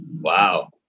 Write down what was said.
Wow